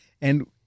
And-